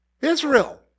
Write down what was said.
Israel